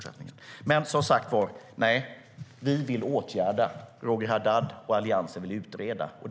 Som sagt, vi vill åtgärda. Roger Haddad och Alliansen vill utreda.